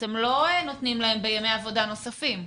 אתם לא נותנים להם בימי עבודה נוספים.